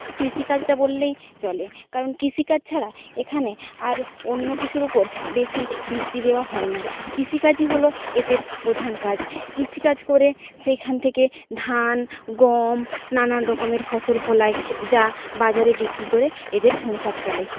কৃষিকাজটা বললেই চলে কারণ কৃষিকাজ ছাড়া এখানে আর অন্য কিছুর ওপর বেশি ভিত্তি দেওয়া হয় না কৃষিকাজই হল এদের প্রধান কাজ কৃষিকাজ করে সেইখান থেকে ধান গম নানান রকমের ফসল ফলাই যা বাজারে বিক্রি করে এদের সংসার চলে